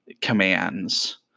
commands